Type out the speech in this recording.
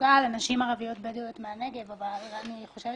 תעסוקה לנשים ערביות-בדואיות מהנגב אבל אני חושבת